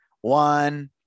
One